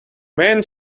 men